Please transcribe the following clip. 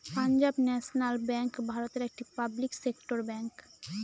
Punjab National Bank ভারতের একটি public sector bank